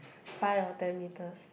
five or ten meters